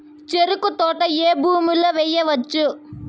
చెరుకు తోట ఏ భూమిలో వేయవచ్చు?